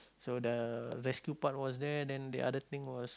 so the rescue part was there then the other thing was